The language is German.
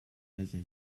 welcher